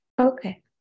Okay